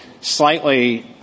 slightly